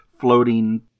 floating